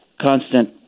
constant